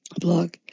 blog